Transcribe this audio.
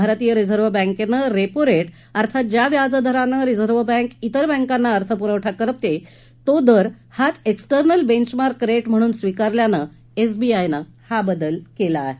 भारतीय रिझर्व्ह बँकेनं repo rate अर्थांत ज्या व्याजदरानं रिझर्व्ह बँक तिर बँकांना अर्थपुरवठा करत तो दर हाच एक्स्टर्नल बेंचमार्क रेट म्हणून स्वीकारल्यानं एसबीआयनं हा बदल केला आहे